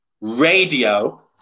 Radio